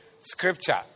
scripture